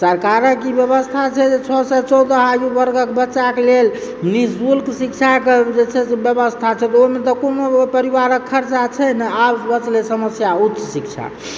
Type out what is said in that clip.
सरकारक ई व्यवस्था छै जे छओसँ चौदह वर्षक बच्चाके लेल निःशुल्क शिक्षाके जे छै से व्यवस्था छै तऽ ओहिमे तऽ कोनो परिवारक खर्चा छै नहि आब बचलय समस्या उच्च शिक्षा